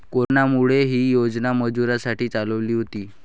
कोरोनामुळे, ही योजना मजुरांसाठी चालवली होती